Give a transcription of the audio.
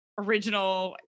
original